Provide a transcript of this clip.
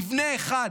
מבנה אחד,